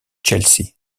chelsea